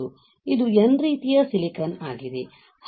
ಇದು N ರೀತಿಯ silicon ಆಗಿದೆ